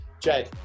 Jay